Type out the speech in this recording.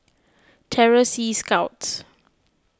Terror Sea Scouts